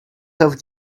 have